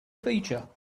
feature